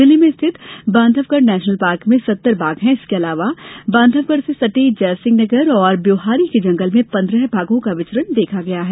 जिले में स्थित बांधवगढ़ नेशनल पार्क में सत्तर बाघ हैं इसके अलावा बांधवगढ़ से सटे जैसिंह नगर और ब्यौहारी के जंगल में पन्द्रह बाघों का विचरण देखा गया है